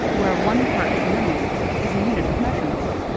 where one part per million is a unit of measurement.